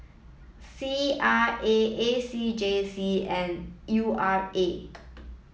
C R A A C J C and U R A